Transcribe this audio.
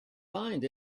find